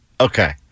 Okay